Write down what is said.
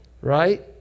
right